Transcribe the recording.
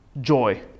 joy